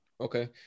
Okay